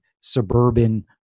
suburban